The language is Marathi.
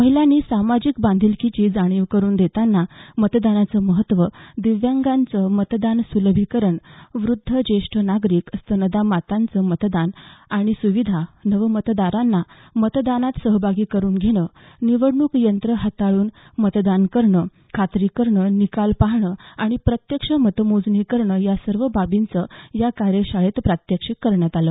महिलांना सामाजिक बांधलकीची जाणीव करुन देतांना मतदानाचं महत्व दिव्यांगांचं मतदान सुलभीकरण वृध्द ज्येष्ठ नागरिक स्तनदा मातांचं मतदान आणि सुविधा नवमतदारांना मतदानात सहभागी करुन घेणं निवडणूक यंत्र हाताळून मतदान करणं खात्री करणं निकाल पाहणं आणि प्रत्यक्ष मतमोजणी करणं या सर्व बाबींचं या कार्यशाळेत प्रात्यक्षिक करण्यात आलं